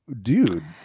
dude